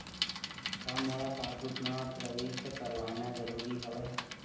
का मोला पासबुक म प्रविष्ट करवाना ज़रूरी हवय?